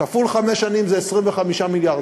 כפול חמש שנים זה 25 מיליארד.